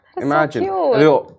Imagine